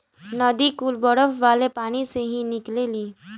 नदी कुल बरफ वाले पानी से ही निकलेली